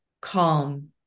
calm